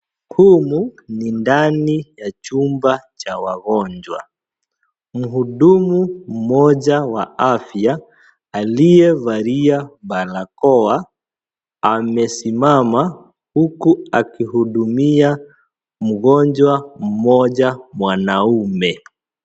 Humu ni ndani ya chumba cha wagonjwa. Mhudumu mmoja wa afya aliyevalia barakoa amesimama huku akihudumia mgonjwa mmoja wanaume.